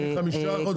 חמישה חודשים.